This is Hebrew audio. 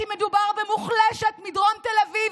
כי מדובר במוחלשת מדרום תל אביב,